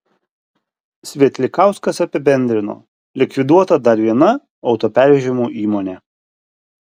svietlikauskas apibendrino likviduota dar viena autopervežimų įmonė